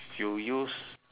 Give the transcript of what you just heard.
you use